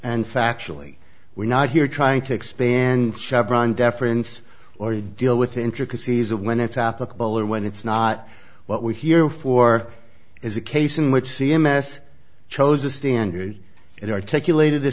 and factually we're not here trying to expand chevron deference or to deal with the intricacies of when it's applicable or when it's not what we're here for is a case in which c m s chose a standard that articulated the